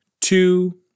two